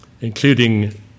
including